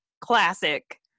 classic